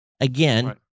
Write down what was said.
Again